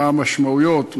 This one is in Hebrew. מה המשמעויות,